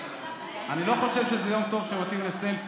אני לא חושב שזה יום טוב שמתאים לסלפי.